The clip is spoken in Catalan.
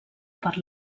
per